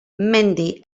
mendi